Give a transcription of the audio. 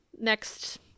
next